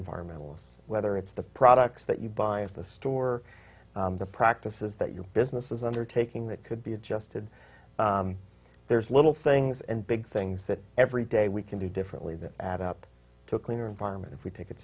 environmental whether it's the products that you buy of the store the practices that your business is undertaking that could be adjusted there's little things and big things that every day we can do differently that add up to a cleaner environment if we take it